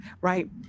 right